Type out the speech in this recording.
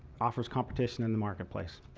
offers competition in the marketplace.